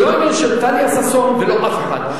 זה לא עניין של טליה ששון ולא אף אחד.